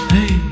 Hey